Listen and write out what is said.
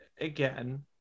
again